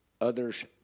others